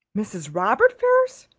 mrs. robert ferrars!